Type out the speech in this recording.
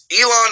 Elon